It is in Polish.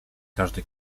każde